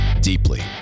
deeply